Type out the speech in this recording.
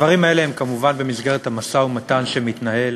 הדברים האלה נמצאים כמובן במסגרת המשא-ומתן שמתנהל